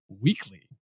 weekly